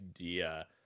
idea